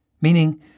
Meaning